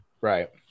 Right